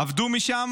עבדו משם.